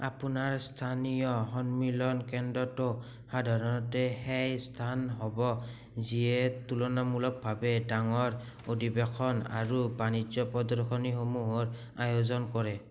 আপোনাৰ স্থানীয় সন্মিলন কেন্দ্ৰটো সাধাৰণতে সেই স্থান হ'ব যিয়ে তুলনামূলকভাৱে ডাঙৰ অধিবেশন আৰু বাণিজ্য প্ৰদৰ্শনীসমূহৰ আয়োজন কৰে